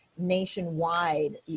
Nationwide